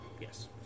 yes